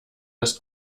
das